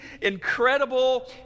incredible